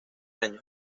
año